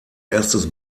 erstes